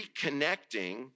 Reconnecting